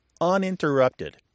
uninterrupted